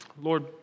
Lord